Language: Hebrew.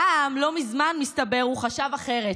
פעם, לא מזמן, מסתבר, הוא חשב אחרת,